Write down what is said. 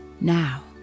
Now